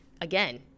again